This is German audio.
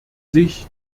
sich